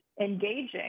engaging